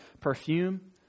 perfume